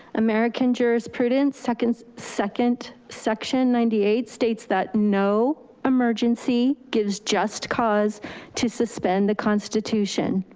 american jurisprudence, second second section ninety eight states that no emergency gives just cause to suspend the constitution.